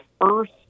first